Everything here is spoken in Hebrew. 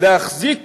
להחזיק